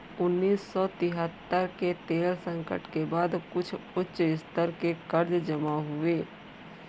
उन्नीस सौ तिहत्तर के तेल संकट के बाद कुछ उच्च स्तर के कर्ज जमा हुए